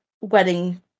wedding